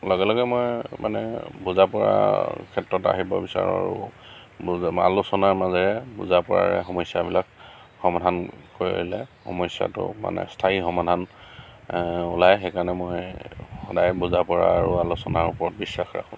লগে লগে মই মানে বুজাব পৰা ক্ষেত্ৰত আহিব বিচাৰোঁ বুজা আলোচনাৰ মাজেৰে বুজা পৰাই সমস্যাবিলাক সমাধান কৰিলে সমস্যাটোৰ মানে স্থায়ী সমাধান ওলাই সেইকাৰণে মই সদায় বুজা পৰা আৰু আলোচনাৰ ওপৰত বিশ্বাস ৰাখোঁ